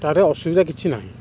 ତାରେ ଅସୁବିଧା କିଛି ନାହିଁ